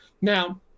Now